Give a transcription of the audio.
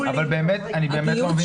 אני באמת לא מבין את הקשר בין הדברים.